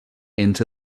into